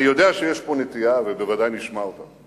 אני יודע שיש פה נטייה, ובוודאי נשמע אותה,